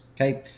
Okay